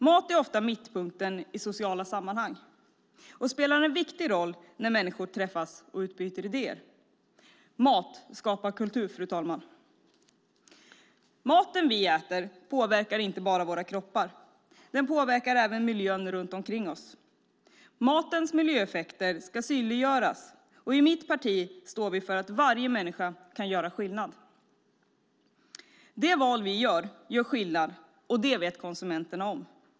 Mat är ofta mittpunkten i sociala sammanhang och spelar en viktig roll när människor träffas och utbyter idéer. Mat skapar kultur, fru talman. Maten vi äter påverkar inte bara våra kroppar, den påverkar även miljön runt omkring oss. Matens miljöeffekter ska synliggöras, och i mitt parti står vi för att varje människa kan göra skillnad. De val vi gör gör skillnad, och det vet konsumenterna om.